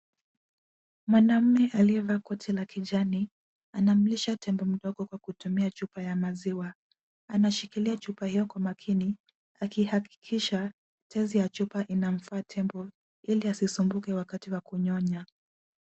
Mwanaume aliyevaa koti la kijani, anamlisha tembo mdogo kwa kutumia chupa ya maziwa. Anashikilia chupa hio kwa makini akihakikisha tezi ya chupa inamfaa tembo, ili asisumbuke wakati wa kunyonya.